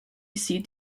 seat